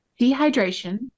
Dehydration